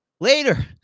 later